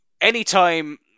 Anytime